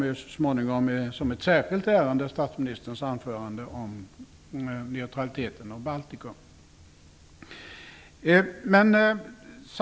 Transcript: Så småningom kommer som ett särskilt ärende statsministerns anförande om neutraliteten och Baltikum.